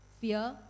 fear